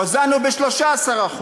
הוזלנו ב-13%.